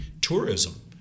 tourism